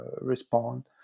respond